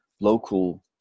local